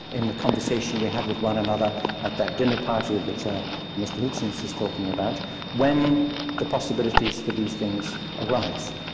in the conversation we have with one another at that dinner party that mr hitchens is talking about when the possibilities for these things arise.